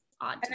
odd